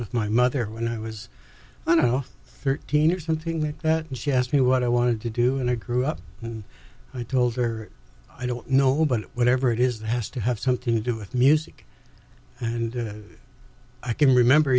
with my mother when i was going to thirteen or something like that and she asked me what i wanted to do in a grew up and i told her i don't know but whatever it is that has to have something to do with music and i can remember